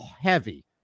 heavy